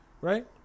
right